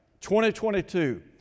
2022